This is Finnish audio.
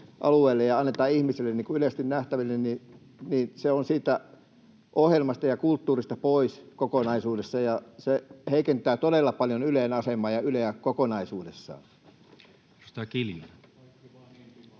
ja annetaan ihmisille yleisesti nähtäville. Se on siitä ohjelmasta ja kulttuurista pois kokonaisuudessaan, ja se heikentää todella paljon Ylen asemaa ja Yleä kokonaisuudessaan.